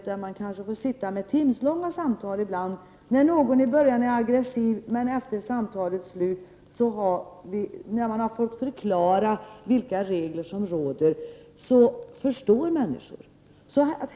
Man har ibland kanske suttit i timslånga samtal med någon som i början har varit aggressiv men som efter samtalets slut, när man har fått förklara vilka regler som gäller, har förstått.